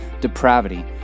depravity